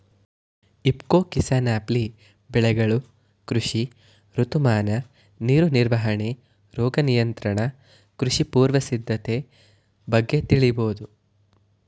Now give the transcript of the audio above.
ಇಫ್ಕೊ ಕಿಸಾನ್ಆ್ಯಪ್ಲಿ ಬೆಳೆಗಳು ಕೃಷಿ ಋತುಮಾನ ನೀರು ನಿರ್ವಹಣೆ ರೋಗ ನಿಯಂತ್ರಣ ಕೃಷಿ ಪೂರ್ವ ಸಿದ್ಧತೆ ಬಗ್ಗೆ ತಿಳಿಬೋದು